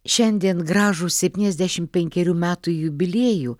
šiandien gražų septyniasdešim penkerių metų jubiliejų